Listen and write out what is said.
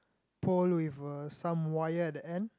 pole with uh some wire at the end